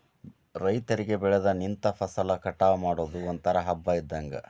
ರೈತರಿಗೆ ಬೆಳದ ನಿಂತ ಫಸಲ ಕಟಾವ ಮಾಡುದು ಒಂತರಾ ಹಬ್ಬಾ ಇದ್ದಂಗ